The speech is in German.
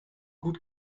gut